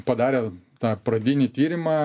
padarę tą pradinį tyrimą